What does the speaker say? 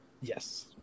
Yes